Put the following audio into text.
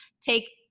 take